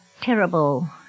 terrible